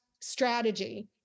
strategy